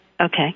Okay